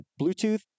Bluetooth